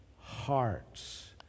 hearts